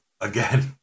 again